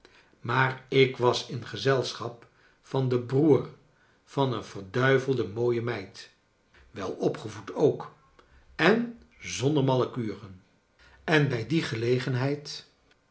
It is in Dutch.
maar ik was in gezelschap van den broer van een verduivelde mooie meid welopgevoed ook en zonder malle kuren en bij die gelegenheid